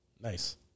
Nice